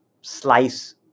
slice